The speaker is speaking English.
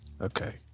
Okay